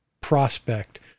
prospect